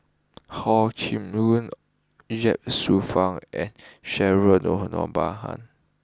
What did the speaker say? Hor Chim Ye Shufang and Cheryl